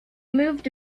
moved